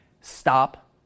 stop